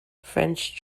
french